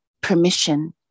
permission